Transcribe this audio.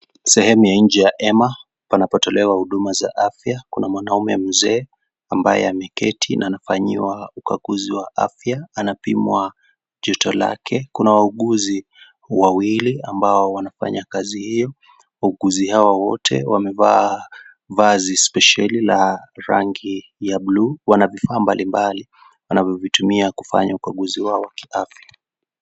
Sehemu ya nje ya hema. Panapotolewa huduma za afya. Kuna mwanaume mzee, ambaye ameketi na anafanyiwa ukaguzi wa afya. Anapimwa jicho lake. Kuna wauguzi wawili, ambao wanafanya kazi hiyo. Wauguzi hao wote, wamevaa vazi spesheli la rangi ya [cs blue .Wana bidhaa mbalimbali, wanavyovitumia kuifanya ukaguzi wao kiafya.